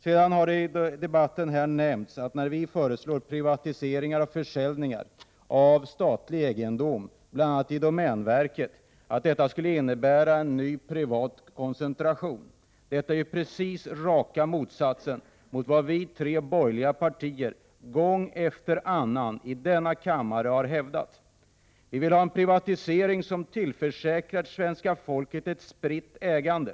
Det har i debatten sagts att när vi föreslår privatiseringar och försäljningar av statlig egendom, bl.a. i domänverket, skulle detta innebära en koncentration av nytt privat ägande. Det är precis raka motsatsen till vad de tre borgerliga partierna gång efter annan har hävdat i denna kammare. Vi vill ha en privatisering som tillförsäkrar svenska folket ett spritt ägande.